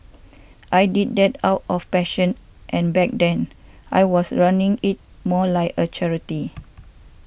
I did that out of passion and back then I was running it more like a charity